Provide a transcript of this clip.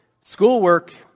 schoolwork